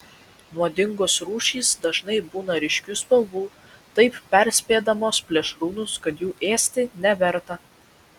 nuodingos rūšys dažnai būna ryškių spalvų taip perspėdamos plėšrūnus kad jų ėsti neverta